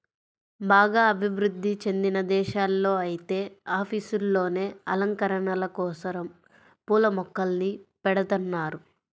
బాగా అభివృధ్ధి చెందిన దేశాల్లో ఐతే ఆఫీసుల్లోనే అలంకరణల కోసరం పూల మొక్కల్ని బెడతన్నారు